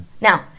now